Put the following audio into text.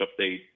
update